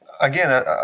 Again